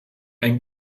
ein